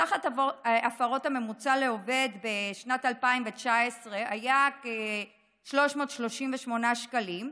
סך ההפרות הממוצע לעובד בשנת 2019 היה 338 שקלים,